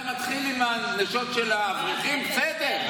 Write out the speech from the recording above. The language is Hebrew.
אתה מתחיל עם נשות האברכים, בסדר.